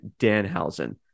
Danhausen